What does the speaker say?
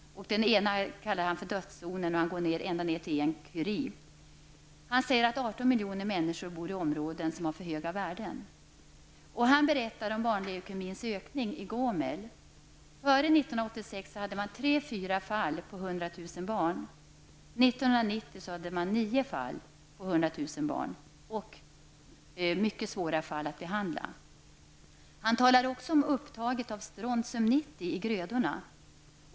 Den ena kallar han för dödszonen, och han går ned ända till en curie. Han säger att 18 miljoner människor bor i områden som har för höga värden. Han berättar om barnleukemins ökning i Gomel. Före 1986 hade man tre--fyra fall per barn, som var mycket svåra att behandla. Han talar också om upptaget av strontium 90 i grödorna.